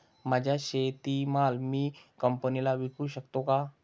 माझा शेतीमाल मी कंपनीला विकू शकतो का?